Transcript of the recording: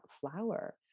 flower